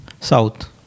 south